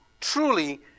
truly